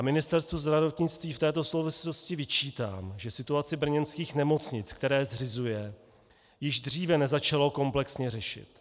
Ministerstvu zdravotnictví v této souvislosti vyčítám, že situaci brněnských nemocnic, které zřizuje, již dříve nezačalo komplexně řešit.